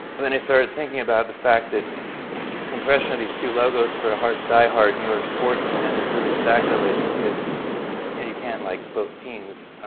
well, then i started thinking about the fact that a compression of these two logos for a heart diehard new york sports fan is really sacrilege because you can't like both teams